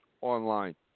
online